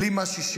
בלי מס ששינסקי,